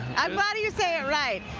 i'm glad you say it right.